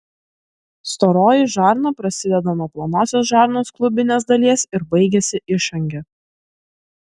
storoji žarna prasideda nuo plonosios žarnos klubinės dalies ir baigiasi išange